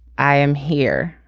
i am here.